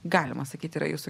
galima sakyti yra jūsų